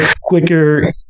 quicker